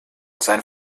sein